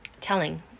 telling